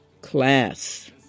class